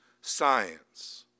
science